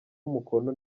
umukono